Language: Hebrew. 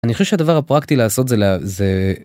אני חושב שהדבר הפרקטי לעשות זה.